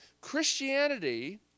Christianity